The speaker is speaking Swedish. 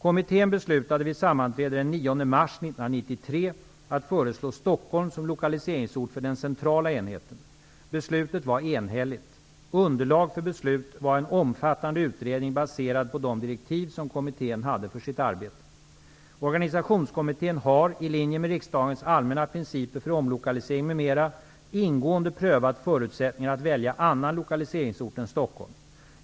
1993 att föreslå Stockholm som lokaliseringsort för den centrala enheten. Beslutet var enhälligt. Underlag för beslutet var en omfattande utredning baserad på de direktiv som kommittén hade för sitt arbete. Organisationskommittén har, i linje med riksdagens allmänna principer för omlokalisering m.m., ingående prövat förutsättningarna att välja annan lokaliseringsort än Stockholm.